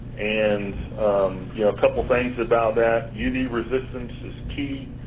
and a couple things about that, uv resistance is key.